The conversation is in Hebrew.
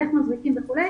ואיך מזריקים וכו',